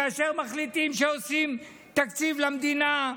כאשר מחליטים שעושים תקציב למדינה,